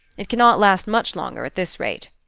it cannot last much longer at this rate.